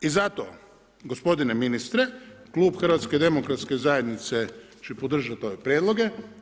I zato gospodine ministre, klub HDZ-a će podržat ove prijedloge.